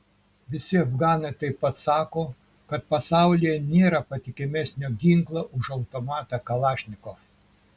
visi afganai taip pat sako kad pasaulyje nėra patikimesnio ginklo už automatą kalašnikov